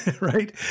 right